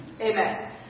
Amen